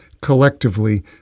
collectively